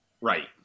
Right